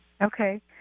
Okay